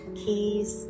keys